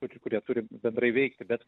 žodžiu kurie turi bendrai veikti bet